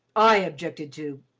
i objected to,